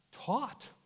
taught